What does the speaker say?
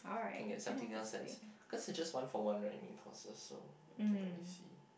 can get something else as cause it's just one for one right main courses so we can always see